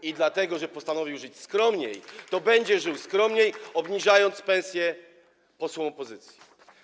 I dlatego że postanowił żyć skromniej, to będzie żył skromniej, obniżając pensję posłom opozycji.